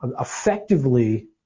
effectively